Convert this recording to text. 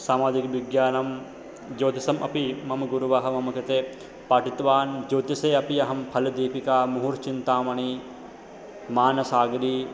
सामाजिकविज्ञानं ज्योतिष्यम् अपि मम गुरुवः मम कृते पाठितवान् ज्योतिष्ये अपि अहं फलदीपिका मुहूर्तर्चिन्तामणिः मानसागरी